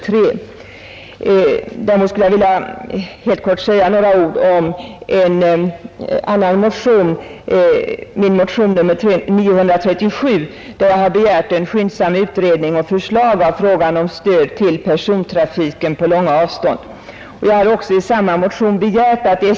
Nr 63 : paremot vill jag helt kort säga några ord om min motiön nr 937; där Fredagen den jag har begärt skyndsam utredning och förslag när det gäller stöd till 16 april 1971 persontrafiken på långa avstånd. Jag har också i samma motion begärt att.